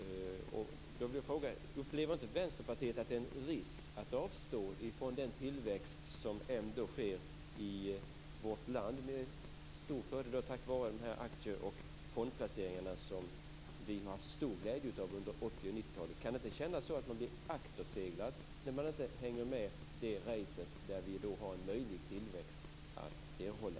Jag vill då fråga: Upplever inte Vänsterpartiet en risk med att avstå från den tillväxt som ändå sker i vårt land tack vare dessa aktie och fondplaceringar som vi haft så stor glädje av under 80 och 90 talet? Kan det inte kännas som om man blir akterseglad om man inte hänger med i det racet, där vi har en möjlig tillväxt att erhålla?